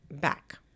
back